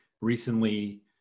recently